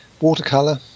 watercolor